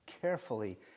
carefully